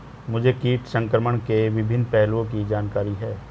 मुझे कीट संक्रमण के विभिन्न पहलुओं की जानकारी है